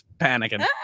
panicking